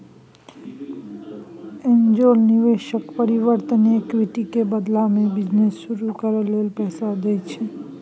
angel निवेशक परिवर्तनीय equity के बदला में बिजनेस शुरू करइ लेल पैसा दइ छै